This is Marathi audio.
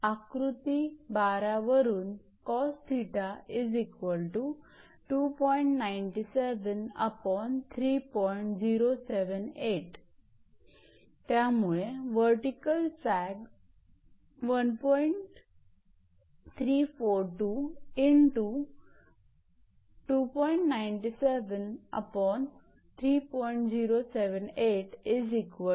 तर आकृती 12 वरून त्यामुळे वर्टीकल सॅग इतका असेल